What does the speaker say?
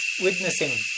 witnessing